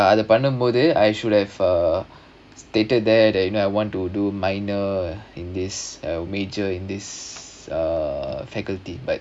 ya அது பண்ணும்போது:adhu pannumpothu I should have uh stated there that you know I want to do minor in this uh major in this uh faculty but